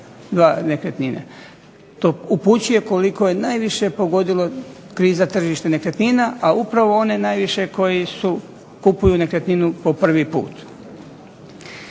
142 nekretnine. To upućuje koliko je najviše pogodila kriza tržište nekretnina, a upravo oni koji kupuju nekretninu po prvi puta.